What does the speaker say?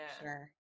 Sure